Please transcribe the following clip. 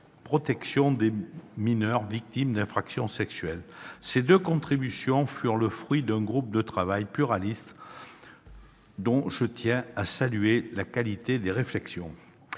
protection des mineurs victimes d'infractions sexuelles. Ces deux contributions furent le fruit d'un groupe de travail pluraliste, dont je tiens à saluer la qualité des réflexions.